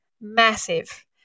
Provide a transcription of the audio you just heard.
massive